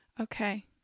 okay